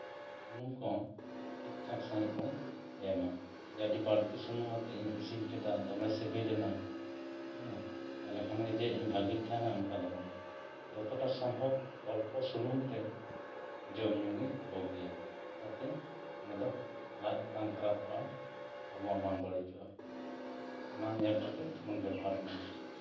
ᱥᱩᱱᱩᱢ ᱠᱚᱦᱚᱸ ᱴᱷᱤᱠ ᱴᱷᱟᱠ ᱥᱟᱺᱦᱤᱡ ᱵᱚᱱ ᱮᱢᱟ ᱡᱮ ᱟᱹᱰᱤ ᱵᱟᱹᱲᱛᱤ ᱥᱩᱱᱩᱢ ᱟᱛᱮᱫ ᱤᱧ ᱤᱥᱤᱱ ᱠᱮᱫᱟ ᱫᱚᱢᱮ ᱥᱤᱵᱤᱞᱮᱱᱟ ᱦᱮᱸ ᱛᱟᱦᱞᱮ ᱠᱷᱟᱱ ᱜᱮ ᱡᱮ ᱤᱧ ᱵᱷᱟᱹᱜᱤᱧ ᱛᱟᱦᱮᱸᱱᱟ ᱚᱱᱠᱟ ᱫᱚ ᱵᱟᱝ ᱡᱚᱛᱚᱴᱟ ᱥᱚᱢᱵᱷᱚᱵᱽ ᱚᱞᱯᱚ ᱥᱩᱱᱩᱢ ᱛᱮ ᱡᱚᱢ ᱧᱩ ᱜᱮ ᱵᱩᱜᱤᱭᱟ ᱛᱟᱛᱮ ᱚᱱᱟ ᱫᱚ ᱞᱟᱡ ᱵᱟᱝ ᱠᱷᱟᱨᱟᱯᱚᱜᱼᱟ ᱦᱚᱲᱢᱚ ᱵᱟᱝ ᱵᱟᱹᱲᱤᱡᱚᱜᱼᱟ ᱚᱱᱟ ᱧᱮᱞ ᱠᱟᱛᱮᱫ ᱵᱚᱱ ᱵᱮᱵᱷᱟᱨᱢᱟ